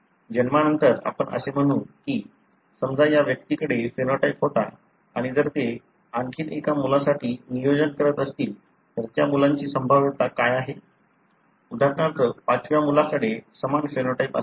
जन्मानंतर आपण असे म्हणू की समजा या व्यक्तीकडे फेनोटाइप होता आणि जर ते आणखी एका मुलासाठी नियोजन करत असतील तर त्या मुलाची संभाव्यता काय आहे उदाहरणार्थ पाचव्या मुलाकडे समान फिनोटाइप असेल